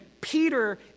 Peter